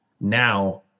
now